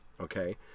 okay